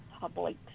public